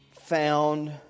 found